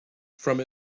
from